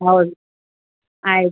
ಹೌದು ಆಯ್ತು